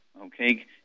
okay